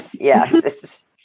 yes